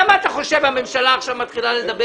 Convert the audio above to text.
למה אתה חושב הממשלה עכשיו מתחילה לדבר